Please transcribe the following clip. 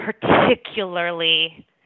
particularly